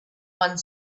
one